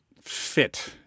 fit